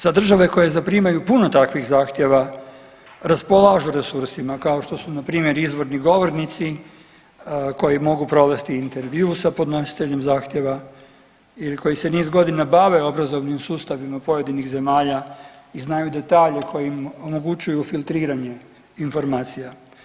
Sad države koje zaprimaju puno takvih zahtjeva raspolažu resursima kao što su npr. izvorni govornici koji mogu provesti intervju sa podnositeljem zahtjeva ili koji se niz godina bave obrazovnim sustavima pojedinih zemalja i znaju detalje koji im omogućuju filtriranje informacija.